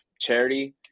charity